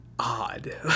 odd